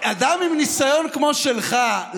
אדם עם ניסיון כמו שלך,